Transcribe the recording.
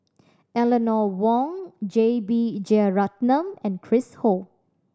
Eleanor Wong J B Jeyaretnam and Chris Ho